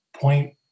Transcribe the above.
point